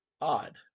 Odd